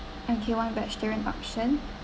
okay one vegetarian option